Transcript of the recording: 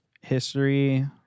history